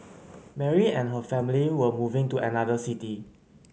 Mary and her family were moving to another city